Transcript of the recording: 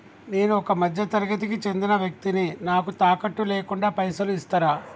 నేను ఒక మధ్య తరగతి కి చెందిన వ్యక్తిని నాకు తాకట్టు లేకుండా పైసలు ఇస్తరా?